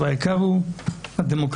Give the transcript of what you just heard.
והעיקר הוא הדמוקרטיה,